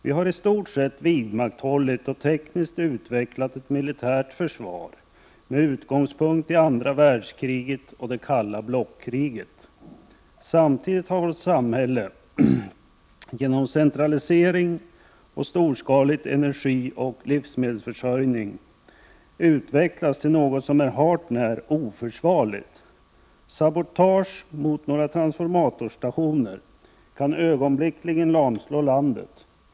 Vi har i stort sett vidmakthållit och tekniskt utvecklat ett militärt försvar med utgångspunkt i andra världskriget och det kalla blockkriget. Samtidigt har vårt samhälle genom centralisering och storskalig energioch livsmedelsförsörjning utvecklats till något som är hart när oförsvarligt. Sabotage mot några transformatorstationer kan ögonblickligen lamslå landet.